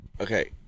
okay